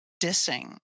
dissing